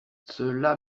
cela